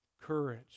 courage